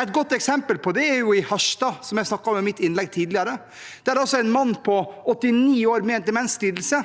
Et godt eksempel på det er Harstad, som jeg snakket om i mitt innlegg tidligere. Der er det en mann på 89 år med en demenslidelse